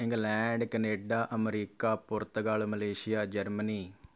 England Canada America Portugal Malaysia Germany